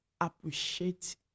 appreciate